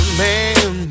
man